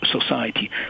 society